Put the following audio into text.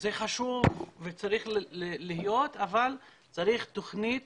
זה חשוב וצריך להיות, אבל צריך תוכנית